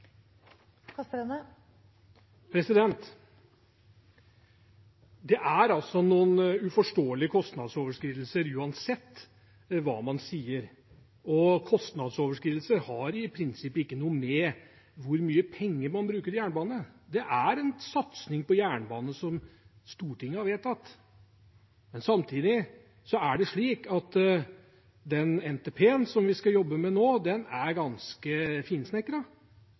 noen uforståelige kostnadsoverskridelser uansett hva man sier. Kostnadsoverskridelser har i prinsippet ikke noe å gjøre med hvor mye penger man bruker på jernbane. Det er en satsing på jernbane som Stortinget har vedtatt. Samtidig er det slik at den NTP-en vi skal jobbe med nå, er ganske